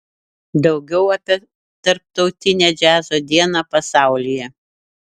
daugiau apie tarptautinę džiazo dieną pasaulyje